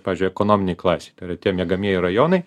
pavyzdžiui ekonominėj klasei tai yra tie miegamieji rajonai